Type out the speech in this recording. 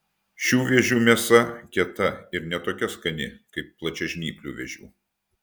šių vėžių mėsa kieta ir ne tokia skani kaip plačiažnyplių vėžių